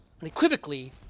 unequivocally